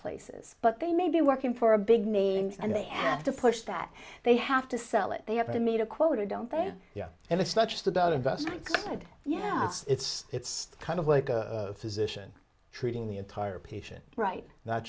places but they may be working for a big names and they have to push that they have to sell it they have to meet a quota don't they yeah and it's not just about investment side yeah it's it's kind of like a physician treating the entire patient right no